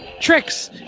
tricks